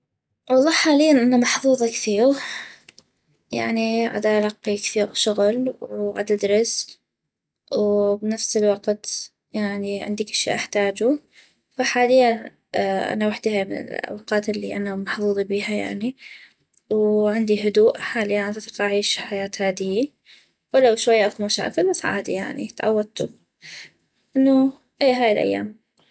والله حالياً انا محظوظة كثيغ يعني عدلقي كثيغ شغل وعددرس وبنفس الوقت يعني عندي كل شي احتاجو فحالياً انا وحدي هاي من الأوقات الي محظوظي بيها يعني وعندي هدوء حالياً عدطيق اعيش حياة هاديي ولو شوية اكو مشاكل بس عادي يعني تعودتو انو اي هاي الايام